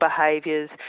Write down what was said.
behaviours